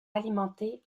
alimentée